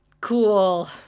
cool